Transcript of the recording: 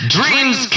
Dreams